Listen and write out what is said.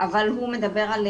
למקרה של